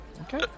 Okay